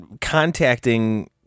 contacting